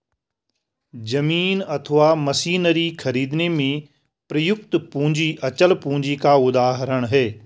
जमीन अथवा मशीनरी खरीदने में प्रयुक्त पूंजी अचल पूंजी का उदाहरण है